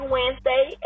Wednesday